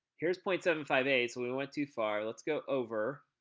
here's point seven five eight, so we went too far, let's go over,